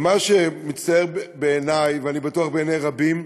ומה שמצטייר בעיני, ואני בטוח שבעיני רבים,